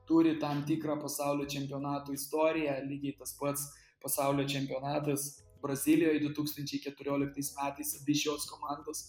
turi tam tikrą pasaulio čempionatų istoriją lygiai tas pats pasaulio čempionatas brazilijoj du tūkstančiai keturioliktais metais abi šios komandos